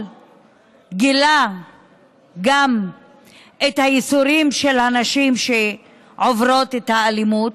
גילה גם את הייסורים של הנשים שעוברות את האלימות.